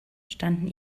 standen